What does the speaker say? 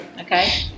Okay